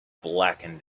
blackened